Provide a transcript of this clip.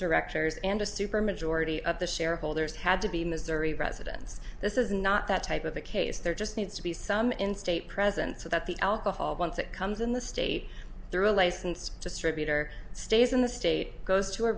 directors and a supermajority of the shareholders had to be missouri residents this is not that type of a case there just needs to be some in state present so that the alcohol once it comes in the state through a licensed distributor stays in the state goes to a